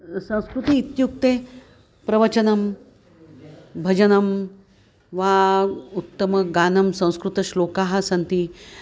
संस्कृतिः इत्युक्ते प्रवचनं भजनं वा उत्तमगानं संस्कृतश्लोकाः सन्ति